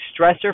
stressor